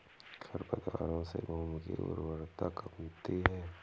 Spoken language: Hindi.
खरपतवारों से भूमि की उर्वरता कमती है